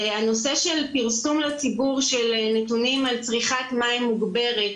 הנושא של פרסום לציבור של נתונים על צריכת מים מוגברת,